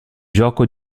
gioco